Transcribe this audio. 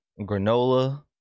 granola